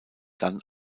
dann